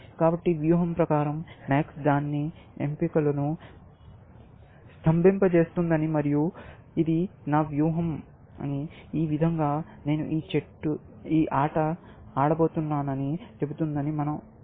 కాబట్టి వ్యూహం ప్రకారం MAX దాని ఎంపికలను స్తంభింపజేస్తుందని మరియు ఇది నా వ్యూహం ఈ విధంగా నేను ఈ ఆట ఆడబోతున్నాను అని చెబుతోందని మన అభిప్రాయం